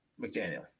McDaniel